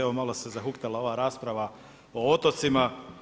Evo malo se zahuktala ova rasprava otocima.